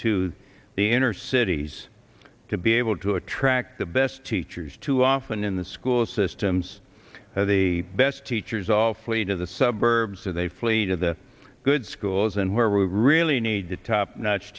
to the inner cities to be able to attract the best teachers too often in the school systems have the best teachers all flee to the suburbs to they flee to the good schools and where we really need to top notch